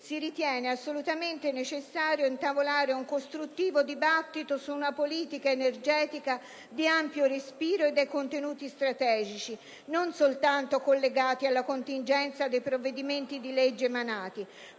si ritiene assolutamente necessario intavolare un costruttivo dibattito su una politica energetica di ampio respiro e dai contenuti strategici, non soltanto collegati alla contingenza dei provvedimenti di legge emanati.